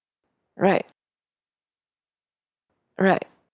right right